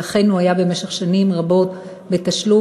ולכן השירות היה במשך שנים רבות בתשלום,